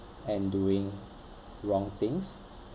and doing wrong things